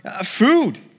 food